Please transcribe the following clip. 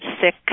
sick